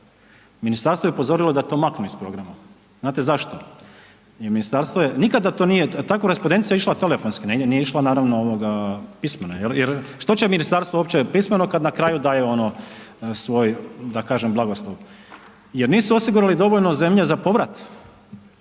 ministarstvo je upozorilo da to maknu iz programa. Znate zašto? Ta korespondencija je išla telefonski, nije išla naravno pismeno jer što će ministarstvo uopće pismeno kada na kraju daje ono svoj da kažem blagoslov jer nisu osigurali dovoljno zemlje za povrat.